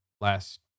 last